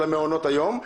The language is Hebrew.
למעונות היום,